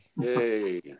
Hey